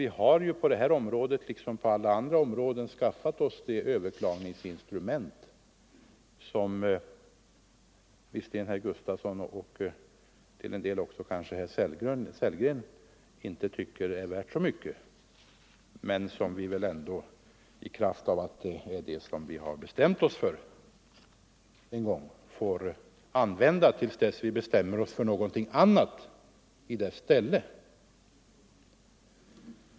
Vi har ju på det här området liksom på alla andra områden skaffat oss det överklagningsinstrument som visserligen herr Gustavsson och till en del också kanske herr Sellgren inte tycker är värt så mycket men som vi väl ändå, i kraft av att vi har bestämt oss för det en gång, får använda till dess vi bestämmer oss för någonting annat i dess ställe.